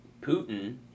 Putin